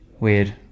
Weird